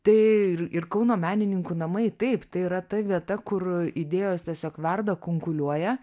tai ir ir kauno menininkų namai taip tai yra ta vieta kur idėjos tiesiog verda kunkuliuoja